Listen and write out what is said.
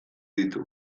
ditu